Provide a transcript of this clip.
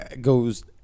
goes